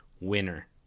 winner